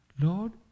Lord